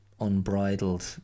unbridled